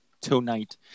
tonight